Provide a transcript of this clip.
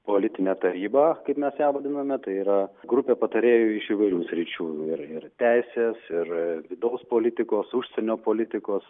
politinė taryba kaip mes ją vadiname tai yra grupė patarėjų iš įvairių sričių ir ir teisės ir vidaus politikos užsienio politikos